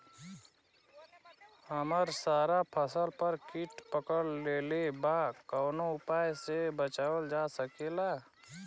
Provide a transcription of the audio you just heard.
हमर सारा फसल पर कीट पकड़ लेले बा कवनो उपाय से बचावल जा सकेला?